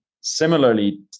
similarly